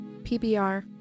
PBR